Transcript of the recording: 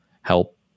help